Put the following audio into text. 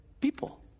people